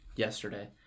yesterday